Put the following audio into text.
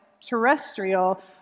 terrestrial